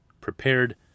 prepared